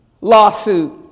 lawsuit